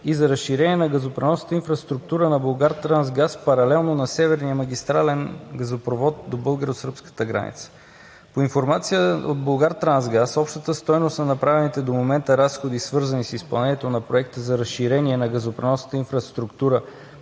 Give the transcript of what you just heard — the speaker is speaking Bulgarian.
и за „Разширение на газопреносната инфраструктура на „Булгартрансгаз“ паралелно на северния магистрален газопровод до българо сръбската граница. По информация от „Булгартрансгаз“ общата стойност на направените до момента разходи, свързани с изпълнението на Проекта за разширение на газопреносната инфраструктура